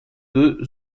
deux